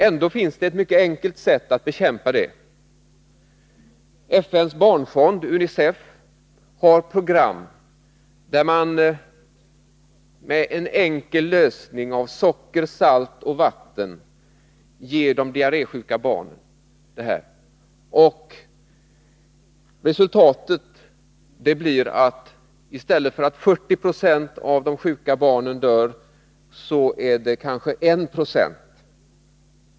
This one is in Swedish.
Ändå finns det ett mycket enkelt sätt att bekämpa sjukdomen. FN:s barnfond, UNICEF, har ett program, där man ger de diarrésjuka barnen en enkel lösning av socker, salt och vatten. Resultatet blir att kanske 1 96 av de sjuka barnen dör i stället för 40 20.